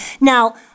Now